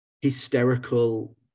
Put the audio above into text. hysterical